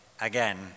again